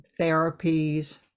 therapies